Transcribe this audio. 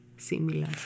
Similar